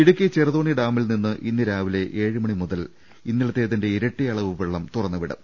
ഇടുക്കി ചെറുതോണി ഡാമിൽ നിന്ന് ഇന്ന് രാവിലെ ഏഴു മുതൽ ഇന്നലത്തേതിന്റെ ഇരട്ടി അളവ് വെള്ളം തുറന്ന് വിടും